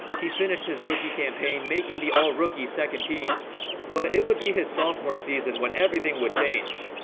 he finished his rookie campaign making the all-rookie second team but it would be his sophomore season, when everything would change